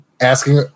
asking